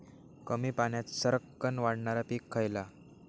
कमी पाण्यात सरक्कन वाढणारा पीक खयला?